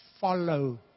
Follow